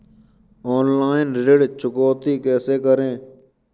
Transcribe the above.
Online ऋण चुकौती कैसे करें?